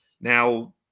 Now